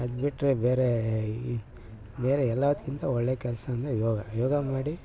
ಅದ್ಬಿಟ್ರೆ ಬೇರೆ ಬೇರೆ ಎಲ್ಲದ್ಕಿಂತ ಒಳ್ಳೆಯ ಕೆಲಸ ಅಂದರೆ ಯೋಗ ಯೋಗ ಮಾಡಿ